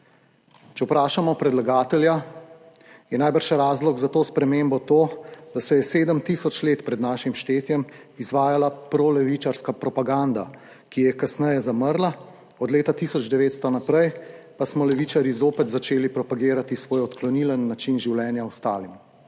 Če vprašamo predlagatelja, je najbrž razlog za to spremembo to, da se je sedem tisoč let pred našim štetjem izvajala prolevičarska propaganda, ki je kasneje zamrla, od leta 1900 naprej pa smo levičarji spet začeli propagirati svoj odklonilen način življenja ostalim.